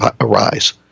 arise